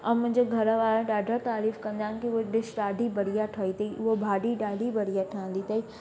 ऐं मुंहिंजे घर वारा ॾाढा तारीफ़ कंदा आहिनि की उहे डिश ॾाढी बढ़िया ठही अथई उहो भाॼी ॾाढी बढ़िया ठहींदी अथई